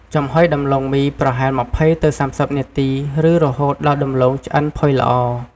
ចំហុយដំឡូងមីប្រហែល ២០ទៅ៣០ នាទី ឬរហូតដល់ដំឡូងឆ្អិនផុយល្អ។